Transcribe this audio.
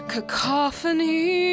Cacophony